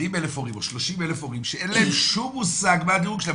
עשרים אלף הורים או שלושים אלף הורים שאין להם שום מושג מה הדירוג שלהם,